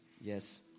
Yes